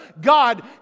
God